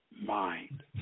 Mind